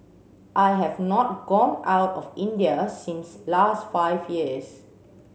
I have not gone out of India since last five years